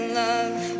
love